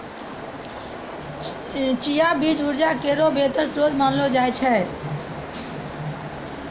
चिया बीज उर्जा केरो बेहतर श्रोत मानलो जाय छै